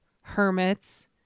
hermits